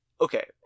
Okay